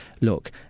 look